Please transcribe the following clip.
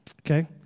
okay